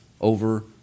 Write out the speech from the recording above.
over